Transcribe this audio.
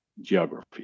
geography